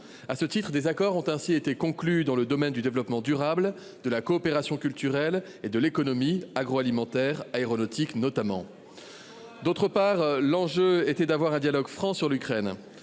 À ce titre, des accords ont été conclus dans le domaine du développement durable, de la coopération culturelle et de l'économie agroalimentaire et aéronautique. Nous avons lu le journal ! D'autre part, l'enjeu était d'avoir un dialogue franc sur l'Ukraine.